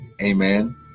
Amen